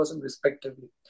respectively